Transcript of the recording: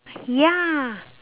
ya